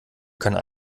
können